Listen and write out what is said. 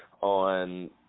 on